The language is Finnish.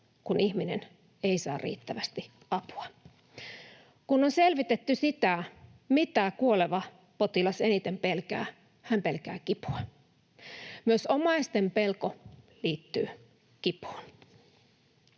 kun ihminen ei saa riittävästi apua. Kun on selvitetty sitä, mitä kuoleva potilas eniten pelkää, hän pelkää kipua. Myös omaisten pelko liittyy kipuun.